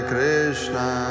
Krishna